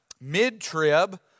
mid-trib